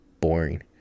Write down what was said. boring